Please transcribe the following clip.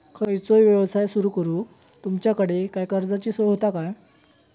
खयचो यवसाय सुरू करूक तुमच्याकडे काय कर्जाची सोय होता काय?